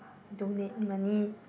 donate money